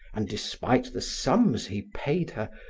and despite the sums he paid her,